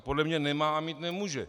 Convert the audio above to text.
Podle mě nemá a mít nemůže.